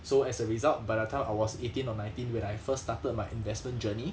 so as a result by the time I was eighteen or nineteen when I first started my investment journey